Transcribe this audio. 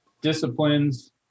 disciplines